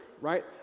right